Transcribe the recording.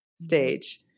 stage